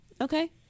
Okay